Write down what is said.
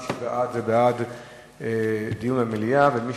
מי שמצביע בעד הוא בעד דיון במליאה ומי